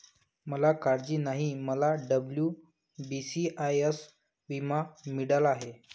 मला काळजी नाही, मला डब्ल्यू.बी.सी.आय.एस विमा मिळाला आहे